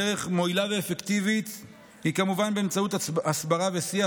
דרך מועילה ואפקטיבית היא כמובן באמצעות הסברה ושיח